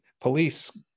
police